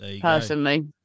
personally